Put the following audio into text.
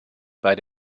bei